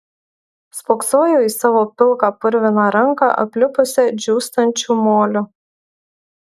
spoksojau į savo pilką purviną ranką aplipusią džiūstančių moliu